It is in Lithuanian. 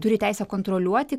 turi teisę kontroliuoti